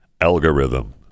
algorithm